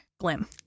Glim